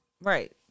Right